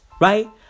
right